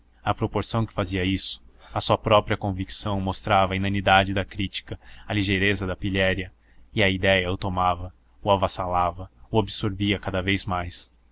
à proporção que fazia isso a sua própria convicção mostrava a inanidade da crítica a ligeireza da pilhéria e a idéia o tomava o avassalava o absorvia cada vez mais